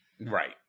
Right